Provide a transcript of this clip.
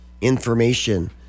information